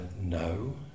No